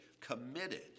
committed